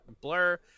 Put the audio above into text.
Blur